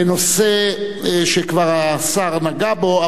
בנושא שהשר כבר נגע בו,